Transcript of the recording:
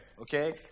okay